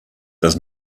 does